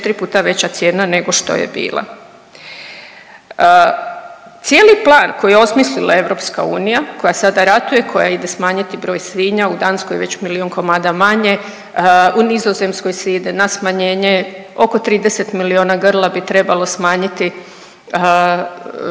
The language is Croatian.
puta veća cijena nego što je bila. Cijeli plan koji je osmislila EU koja sada ratuje, koja ide smanjiti broj svinja, u Danskoj je već milijun komada manja, u Nizozemskoj se ide na smanjenje oko 30 miliona grla bi trebalo smanjiti